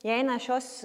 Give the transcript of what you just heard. jei ne šios